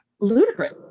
ludicrous